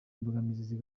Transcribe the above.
imbogamizi